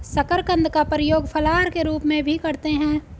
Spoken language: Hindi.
शकरकंद का प्रयोग फलाहार के रूप में भी करते हैं